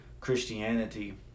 Christianity